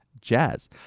Jazz